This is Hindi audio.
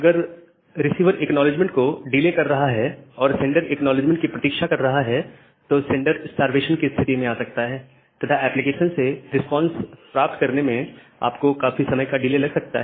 अगर रिसीवर एक्नॉलेजमेंट को डिले कर रहा है और सेंडर एक्नॉलेजमेंट की प्रतीक्षा कर रहा है तो सेंडर स्टार्वेशन की स्थिति में जा सकता है तथा एप्लीकेशन से रिस्पांस प्राप्त करने में आपको काफी समय का डिले लग सकता है